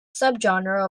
subgenre